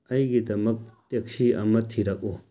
ꯑꯩꯒꯤꯗꯃꯛ ꯇꯦꯛꯁꯤ ꯑꯃ ꯊꯤꯔꯛꯎ